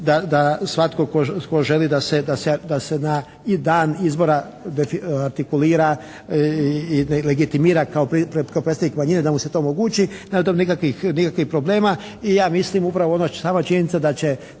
da svatko tko želi da se i na dan izbora artikulira i legitimira kao predstavnik manjine da mu se to omogući. Za to nikakvih problema i ja mislim upravo ono sama činjenica da će